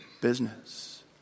business